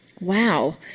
Wow